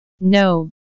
No